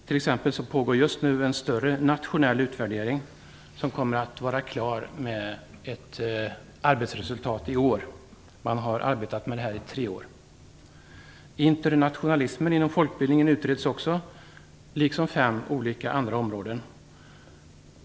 Just nu pågår t.ex. en större nationell utvärdering som kommer att vara klar med ett arbetsresultat i år. Man har arbetat med detta i tre år. Internationalismen inom folkbildningen utreds också liksom fem andra områden.